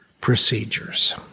procedures